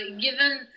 given